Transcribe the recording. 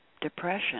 Depression